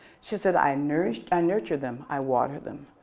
she said i nurture i nurture them. i water them.